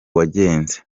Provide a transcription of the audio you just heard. wagenze